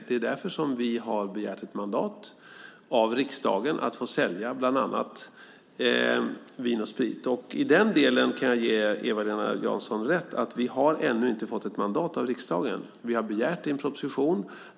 Det är därför vi har begärt mandat av riksdagen att få sälja bland annat Vin & Sprit. Jag kan ge Eva-Lena Jansson rätt när hon säger att vi ännu inte fått mandat av riksdagen. Vi har begärt det i en proposition.